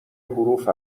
حروف